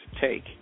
take